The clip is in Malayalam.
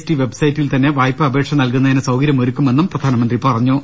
ടി വെബ്സൈറ്റിൽ തന്നെ വായ്പ അപേക്ഷ നൽകുന്നതിന് സൌകര്യ മൊരുക്കുമെന്നും പ്രധാനമന്ത്രി പറഞ്ഞു